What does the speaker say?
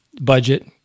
budget